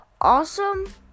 awesome